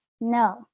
no